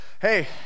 Hey